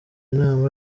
inama